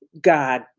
god